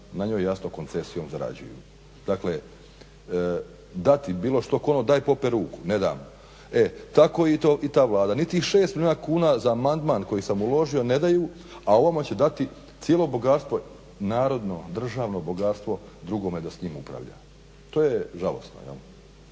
na njoj jasno koncesijom zarađuju. Dakle, dati bilo što kome, daj pope ruku! Ne dam. E tako i ta Vlada niti 6 milijuna kuna za amandman za koji sam uložio ne daju, a ovamo će dati cijelo bogatstvo narodno, državo bogatstvo drugome da s njim upravlja. To je žalosno.